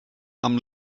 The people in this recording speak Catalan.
amb